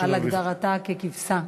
על הגדרתה ככבשה.